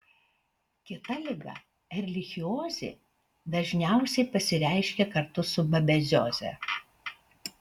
kita liga erlichiozė dažniausiai pasireiškia kartu su babezioze